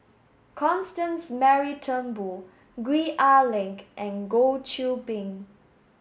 Constance Mary Turnbull Gwee Ah Leng and Goh Qiu Bin